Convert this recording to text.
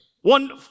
One